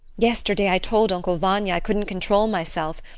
yesterday i told uncle vanya i couldn't control myself,